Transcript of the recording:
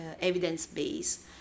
evidence-based